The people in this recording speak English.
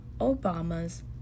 Obama's